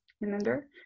remember